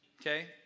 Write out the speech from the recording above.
Okay